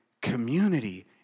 community